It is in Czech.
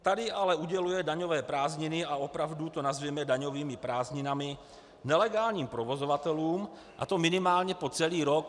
Tady ale uděluje daňové prázdniny a opravdu to nazvěme daňovými prázdninami nelegálním provozovatelům, a to minimálně po celý rok 2016.